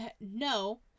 No